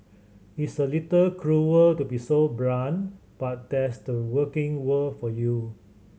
it's a little cruel to be so blunt but that's the working world for you